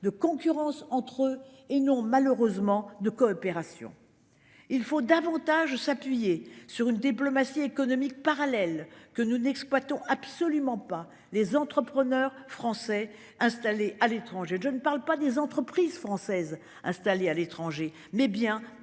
de concurrence entre eux et non malheureusement de coopération. Il faut davantage s'appuyer sur une diplomatie économique parallèle que nous n'exploitons absolument pas les entrepreneurs français installés à l'étranger, je ne parle pas des entreprises françaises installées à l'étranger mais bien des